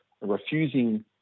Refusing